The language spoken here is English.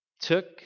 took